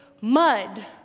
mud